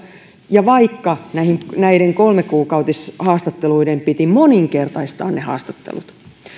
ja vaikka näiden kolmekuukautishaastatteluiden piti moninkertaistaa ne haastattelut